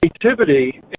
creativity